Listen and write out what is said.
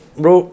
bro